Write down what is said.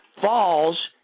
falls